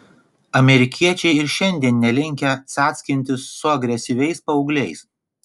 amerikiečiai ir šiandien nelinkę cackintis su agresyviais paaugliais